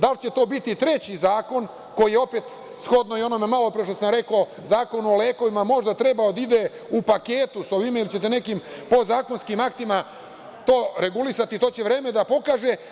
Da li će to biti treći zakon, koji opet shodno onome malopre što sam rekao, Zakonu o lekovima, možda trebao da ide u paketu sa ovim ili ćete nekim podzakonskim aktom to regulisati, to će vreme da pokaže.